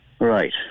Right